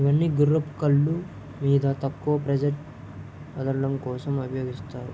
ఇవన్నీ గుర్రపు కళ్ళు మీద తక్కువ ప్రెజర్ వదలడం కోసం ఉపయోగిస్తారు